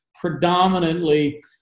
predominantly